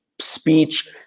speech